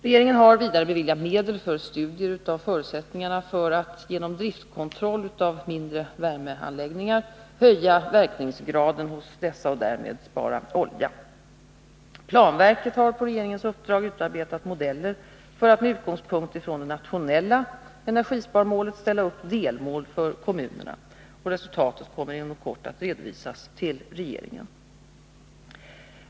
Regeringen har vidare beviljat medel för studier av förutsättningarna för att genom driftkontroll av mindre värmeanläggningar höja verkningsgraden hos dessa och därmed spara olja. Planverket har på regeringens uppdrag utarbetat modeller för att med utgångspunkt från det nationella energisparmålet ställa upp delmål för kommunerna. Resultatet kommer inom kort att redovisas till regeringen.